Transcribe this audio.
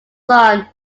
son